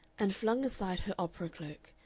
and flung aside her opera-cloak,